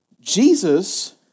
Jesus